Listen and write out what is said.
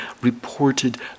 reported